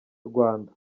rwanda